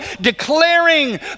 declaring